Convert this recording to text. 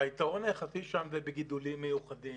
היתרון היחסי שם זה בגידולים מיוחדים.